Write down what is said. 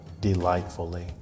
delightfully